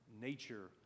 nature